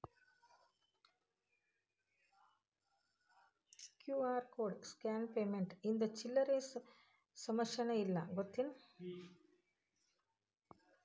QR code scan payment ಇಂದ ಚಿಲ್ಲರ್ ಸಮಸ್ಯಾನ ಇಲ್ಲ ಗೊತ್ತೇನ್?